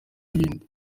n’ibindi